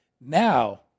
Now